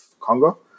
Congo